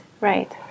right